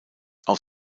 auf